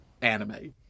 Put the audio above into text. anime